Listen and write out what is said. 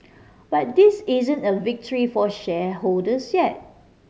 but this isn't a victory for shareholders yet